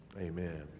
Amen